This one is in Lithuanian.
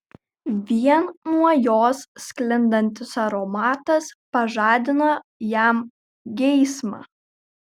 vien nuo jos sklindantis aromatas pažadino jam geismą